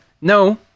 No